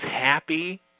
happy